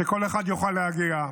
שכל אחד יוכל להגיע.